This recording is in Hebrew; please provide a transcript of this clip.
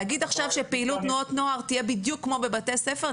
להגיד עכשיו שפעילות תנועות נוער תהיה בדיוק כמו בבתי ספר,